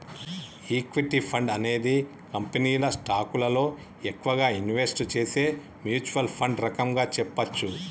equity fund అనేది కంపెనీల స్టాకులలో ఎక్కువగా ఇన్వెస్ట్ చేసే మ్యూచ్వల్ ఫండ్ రకంగా చెప్పచ్చు